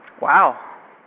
Wow